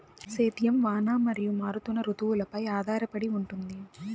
సేద్యం వాన మరియు మారుతున్న రుతువులపై ఆధారపడి ఉంటుంది